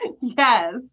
Yes